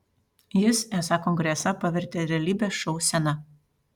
jis esą kongresą pavertė realybės šou scena